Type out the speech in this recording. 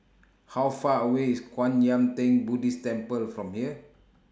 How Far away IS Kwan Yam Theng Buddhist Temple from here